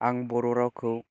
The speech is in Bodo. आं बर' रावखौ